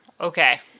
Okay